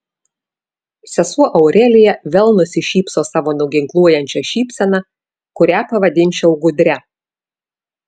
sesuo aurelija vėl nusišypso savo nuginkluojančia šypsena kurią pavadinčiau gudria